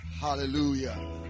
Hallelujah